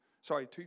Sorry